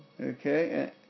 Okay